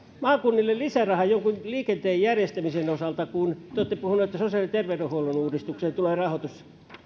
maakunnille lisäraha jonkun liikenteen järjestämisen osalta kun te olette puhunut että sosiaali ja terveydenhuollon uudistukseen tulee rahoitus